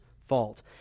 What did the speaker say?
fault